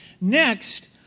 Next